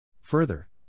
Further